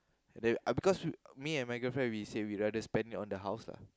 and then uh because me and my girlfriend we say we rather spend it on the house lah